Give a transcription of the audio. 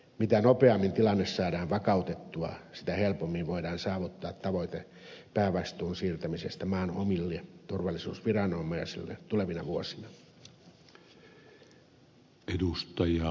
mitä nopeammin tilanne saadaan vakautettua sitä helpommin voidaan saavuttaa tavoite päävastuun siirtämisestä maan omille turvallisuusviranomaisille tulevina vuosina